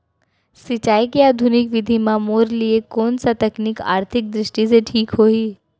सिंचाई के आधुनिक विधि म मोर लिए कोन स तकनीक आर्थिक दृष्टि से ठीक होही?